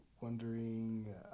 wondering